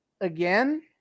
again